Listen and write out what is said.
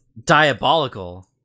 diabolical